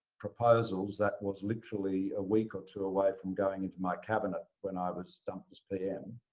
proposals that was literally a week or two away from going into my cabinet when i was dumped as pm,